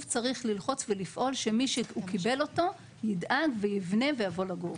צריך ללחוץ ולפעול שמי שהוא קיבל אותו ידאג ויבנה ויבוא לגור.